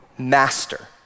Master